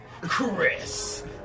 Chris